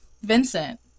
Vincent